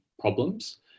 problems